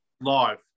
Live